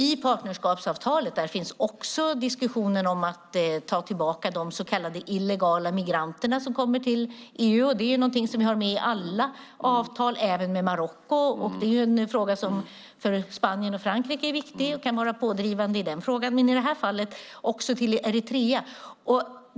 I partnerskapsavtalet finns också diskussionen om att ta tillbaka de så kallade illegala migranterna som kommer till EU. Det är någonting som vi har med i alla avtal, även med Marocko, och det är en fråga som är viktig för Spanien och Frankrike som kan vara pådrivande i den frågan. Det gäller också Eritrea.